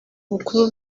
bukuru